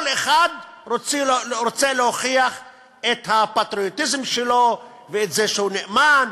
כל אחד רוצה להוכיח את הפטריוטיזם שלו ואת זה שהוא נאמן,